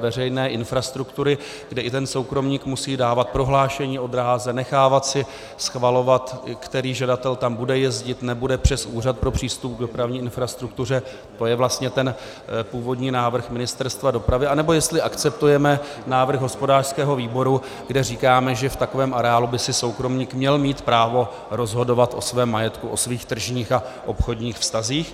veřejné infrastruktury, kde i ten soukromník musí dávat prohlášení o dráze, nechávat si schvalovat, který žadatel tam bude jezdit nebude přes Úřad pro přístup k dopravní infrastruktuře to je vlastně ten původní návrh Ministerstva dopravy, anebo jestli akceptujeme návrh hospodářského výboru, kde říkáme, že v takovém areálu by soukromník měl mít právo si rozhodovat o svém majetku, o svých tržních a obchodních vztazích.